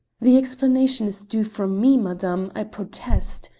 the explanation is due from me, madame i protest,